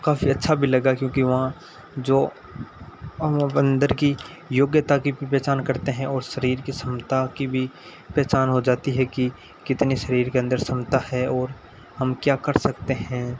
काफ़ी अच्छा भी लगा क्योंकि वहाँ जो की योग्यता की भी पहचान करते हैं और शरीर के क्षमता की भी पहचान हो जाती है कि कितने शरीर के अंदर क्षमता है और हम क्या कर सकते हैं